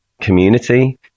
community